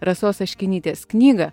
rasos aškinytės knygą